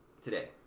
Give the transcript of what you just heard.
today